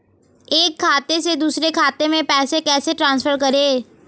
एक खाते से दूसरे खाते में पैसे कैसे ट्रांसफर करें?